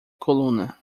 coluna